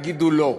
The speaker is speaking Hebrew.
תגידו לא,